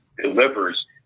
delivers